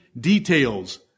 details